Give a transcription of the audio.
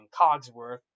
Cogsworth